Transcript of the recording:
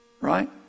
Right